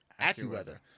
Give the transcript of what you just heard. AccuWeather